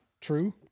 true